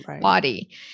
body